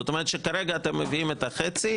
זאת אומרת, כרגע אתם מביאים חצי.